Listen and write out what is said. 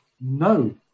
no